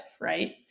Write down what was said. right